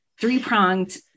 three-pronged